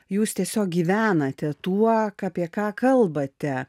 jūs tiesiog gyvenate tuo ką apie ką kalbate